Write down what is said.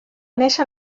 néixer